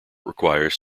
requires